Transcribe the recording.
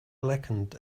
blackened